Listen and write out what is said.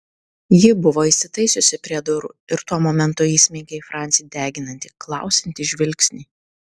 ji buvo įsitaisiusi prie durų ir tuo momentu įsmeigė į francį deginantį klausiantį žvilgsnį